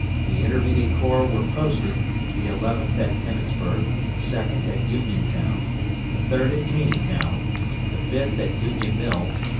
the intermediate corps were posted, the eleventh at emmetsburg the second at uniontown the third at taneytown the fifth at union mills,